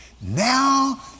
now